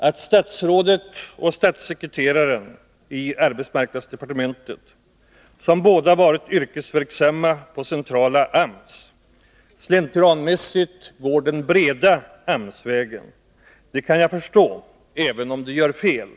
Att statsrådet och statssekreteraren i arbetsmarknadsdepartementet, som båda varit yrkesverksamma på centrala AMS, slentrianmässigt går den breda AMS-vägen, det kan jag förstå, även om de gör fel.